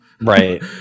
Right